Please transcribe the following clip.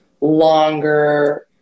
longer